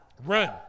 Run